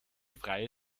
freie